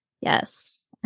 Yes